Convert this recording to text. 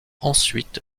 ensuite